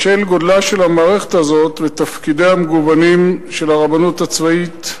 בשל גודלה של המערכת הזאת ותפקידיה המגוונים של הרבנות הצבאית,